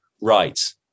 Right